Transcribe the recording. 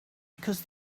because